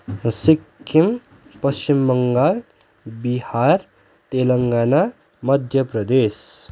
Sikkim Paschim Bengal Bihar Telangana Madhya Pradesh